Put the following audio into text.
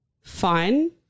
fine